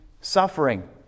suffering